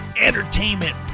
entertainment